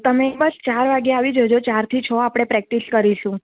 તમે એ બસ ચાર વાગ્યે આવી જજો ચારથી છ આપણે પ્રેક્ટિશ કરીશું